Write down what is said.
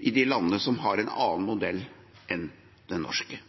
i de landene som har en annen modell enn den norske.